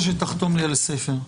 הישיבה ננעלה בשעה 11:30.